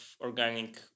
organic